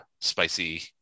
spicy